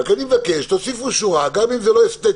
אני מבקש שתוסיפו שורה, גם אם זו לא אסתטיקה.